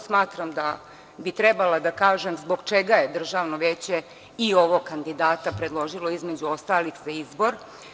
Smatram da bih trebala da kažem zbog čega je Državno veće i ovog kandidata predložilo između ostalih za izbor.